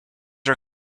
are